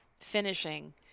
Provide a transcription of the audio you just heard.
finishing